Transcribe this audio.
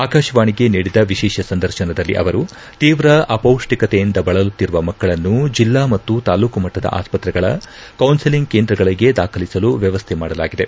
ಆಕಾಶವಾಣಿಗೆ ನೀಡಿದ ವಿಶೇಷ ಸಂದರ್ಶನದಲ್ಲಿ ಅವರು ತೀವ್ರ ಅಪೌಷ್ಠಿಕತೆಯಿಂದ ಬಳಲುತ್ತಿರುವ ಮಕ್ಕಳನ್ನು ಜಿಲ್ಲಾ ಮತ್ತು ತಾಲೂಕು ಮಟ್ಟದ ಆಸ್ಪತ್ರೆಗಳ ಕೌನ್ಸಲಿಂಗ್ ಕೇಂದ್ರಗಳಿಗೆ ದಾಖಲಿಸಲು ವ್ಯವಸ್ತೆ ಮಾಡಲಾಗಿದೆ